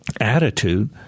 attitude